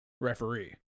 referee